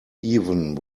even